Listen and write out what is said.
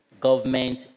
government